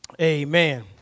Amen